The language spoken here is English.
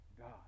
God